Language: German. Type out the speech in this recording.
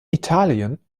italien